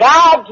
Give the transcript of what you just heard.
God